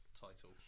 title